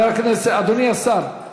אדוני השר.